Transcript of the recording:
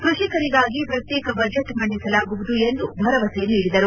ಕ್ಲಷಿಕರಿಗಾಗಿ ಪ್ರತ್ಲೇಕ ಬಜೆಟ್ ಮಂಡಿಸಲಾಗುವುದು ಎಂದು ಭರವಸೆ ನೀಡಿದರು